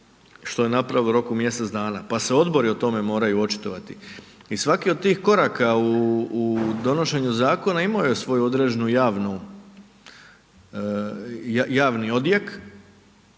što je napravila u roku mjesec dana, pa se odbori o tome moraju očitovati. I svaki od tih koraka u donošenju zakona imao je svoj određeni javni odjek